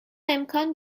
امکان